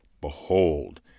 Behold